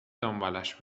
دنبالش